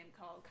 called